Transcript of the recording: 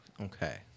Okay